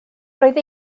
roedd